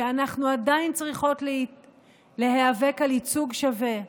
שאנחנו עדיין צריכות להיאבק על ייצוג שווה,